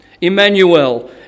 Emmanuel